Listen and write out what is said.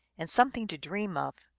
and something to dream of.